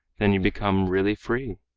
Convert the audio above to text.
then you become really free.